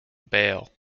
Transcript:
bail